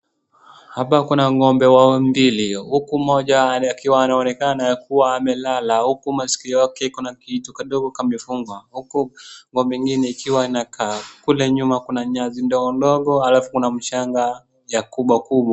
Hapa kuna ng'ombe mbili uku moja akiwa anaonekana kuwa amelala uku masikio yake ikona kitu kadogo kamefungwa, uku ng'ombe ingine ikiwa inakaa. Kule nyuma kuna nyasi ndogo ndogo alafu kuna mchanga ya kubwa kubwa.